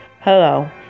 Hello